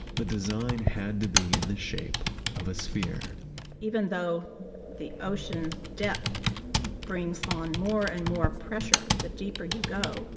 the design had to be in the shape of a sphere even though the ocean depth brings on more and more pressure the deeper you go